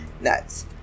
nuts